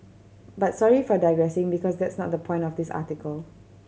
but sorry for digressing because that's not the point of this article